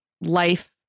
life